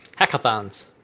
Hackathons